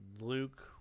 Luke